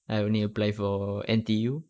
I only applied for N_T_U